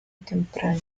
temprana